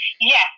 Yes